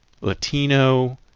Latino